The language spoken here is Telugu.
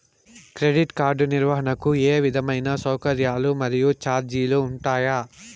క్రెడిట్ కార్డు నిర్వహణకు ఏ విధమైన సౌకర్యాలు మరియు చార్జీలు ఉంటాయా?